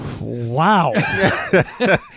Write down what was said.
Wow